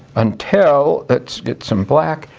until, let's get some black,